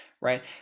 right